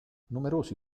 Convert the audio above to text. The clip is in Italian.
numerosi